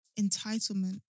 Entitlement